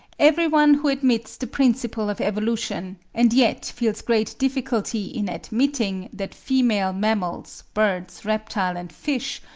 everyone who admits the principle of evolution, and yet feels great difficulty in admitting that female mammals, birds, reptiles, and fish,